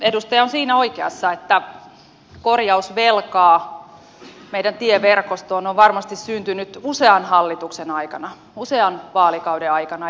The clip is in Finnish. edustaja on siinä oikeassa että korjausvelkaa meidän tieverkostoon on varmasti syntynyt usean hallituksen aikana usean vaalikauden aikana